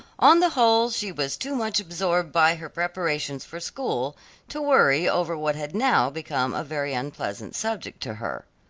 on the whole she was too much absorbed by her preparations for school to worry over what had now become a very unpleasant subject to her.